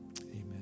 Amen